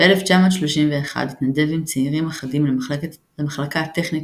ב-1931 התנדב עם צעירים אחדים למחלקה הטכנית